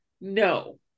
No